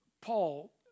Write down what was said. Paul